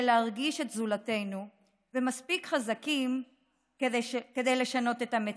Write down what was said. להרגיש את זולתנו ומספיק חזקים כדי לשנות את המציאות.